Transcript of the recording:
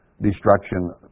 destruction